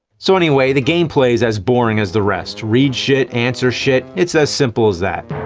so anyway the gameplay's as boring as the rest. read shit, answer shit. it's as simple as that.